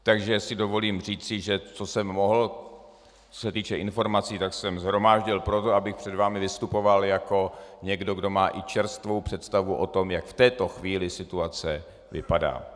Takže si dovolím říci, že co jsem mohl, co se týče informací, tak jsem shromáždil proto, abych před vámi vystupoval jako někdo, kdo má i čerstvou představu o tom, jak v této chvíli situace vypadá.